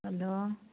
hello